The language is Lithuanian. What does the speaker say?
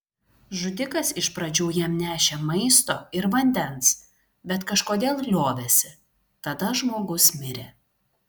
žudikas iš pradžių jam nešė maisto ir vandens bet kažkodėl liovėsi tada žmogus mirė